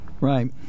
Right